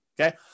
okay